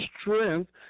strength